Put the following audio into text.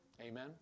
Amen